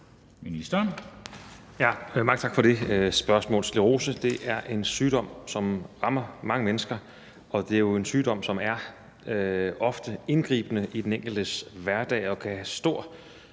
tak for det spørgsmål. Sklerose er en sygdom, som rammer mange mennesker, og det er jo en sygdom, som ofte er indgribende i den enkeltes hverdag, og som kan have stor